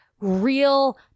real